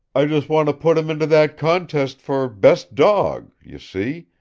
i just want to put him into that contest for best dawg you see.